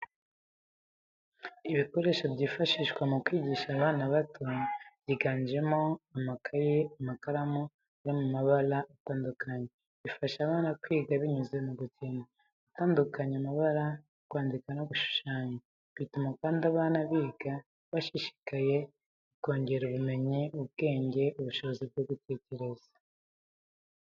Ibikoresho byifashishwa mu kwigisha abana bato, byiganjemo amakayi, amakaramu ari mu mabara atandukanye, bifasha abana kwiga binyuze mu gukina, gutandukanya amabara, kwandika no gushushanya. Bituma kandi abana biga bashishikaye, bikongera ubumenyi, ubwenge n’ubushobozi bwo gutekereza.